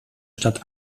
stadt